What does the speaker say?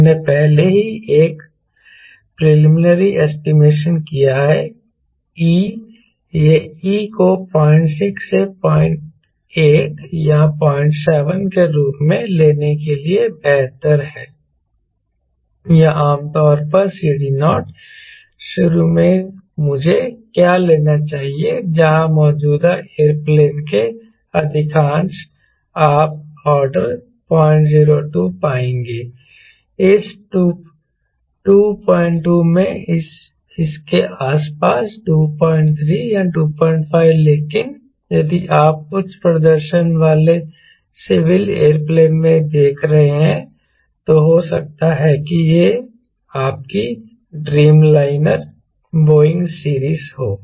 हमने पहले से ही एक प्रिलिमनरी ऐस्टीमेशन किया है e यह e को 06 से 08 या 07 के रूप में लेने के लिए बेहतर है या आमतौर पर CD0 शुरू में मुझे क्या लेना चाहिए जहां मौजूदा एयरप्लेन के अधिकांश आप ऑर्डर 002 पाएंगे इस 2 2 में इसके आसपास 2 3 2 5 लेकिन यदि आप उच्च प्रदर्शन वाले सिविल एयरप्लेन में देख रहे हैं तो हो सकता है कि यह आपकी ड्रीमलाइनर बोइंग सीरीज़ हो